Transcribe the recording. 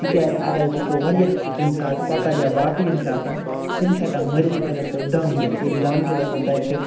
تکیازِ اگر أسۍ وٕچھو واریاہ چھُ کُنہِ ساتہٕ کۄکَر یا باقٕے یِم چھِ آسان تِم چھِ ہٮ۪کان مٔرِتھ اگر تتہِ دم گَژھِ ییٚلہِ دم چھُ گَژھان تَتہِ چھِ